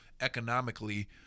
economically